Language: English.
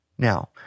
Now